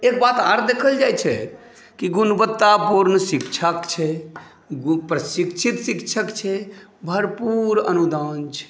एक बात आओर देखल जाइ छै कि गुणवत्तापूर्ण शिक्षक छै प्रशिक्षित शिक्षक छै भरपूर अनुदान छै